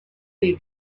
des